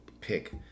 pick